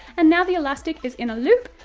and now the elastic is in a loop,